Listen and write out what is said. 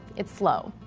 it's slow.